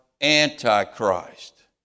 Antichrist